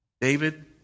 David